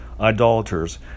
idolaters